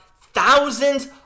thousands